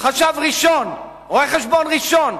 חשב ראשון, רואה-חשבון ראשון.